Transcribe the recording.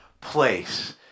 place